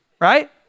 right